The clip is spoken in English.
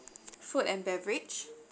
food and beverage